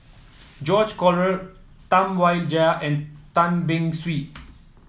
George Collyer Tam Wai Jia and Tan Beng Swee